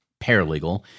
paralegal